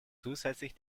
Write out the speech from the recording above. zusätzlich